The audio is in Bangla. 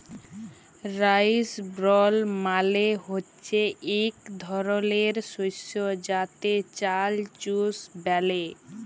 রাইস ব্রল মালে হচ্যে ইক ধরলের শস্য যাতে চাল চুষ ব্যলে